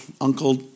Uncle